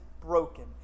broken